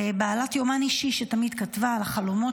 והיא בעלת יומן אישי שתמיד כתבה על החלומות